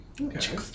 Okay